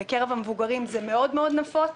בקרב המבוגרים זה מאוד מאוד נפוץ.